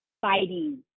fighting